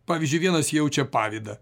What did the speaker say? pavyzdžiui vienas jaučia pavydą